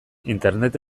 internet